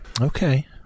Okay